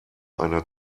einer